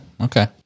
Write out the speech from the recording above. Okay